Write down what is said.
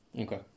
Okay